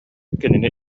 кинини